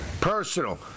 Personal